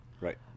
Right